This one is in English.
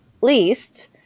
least